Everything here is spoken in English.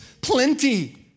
plenty